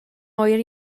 oer